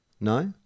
no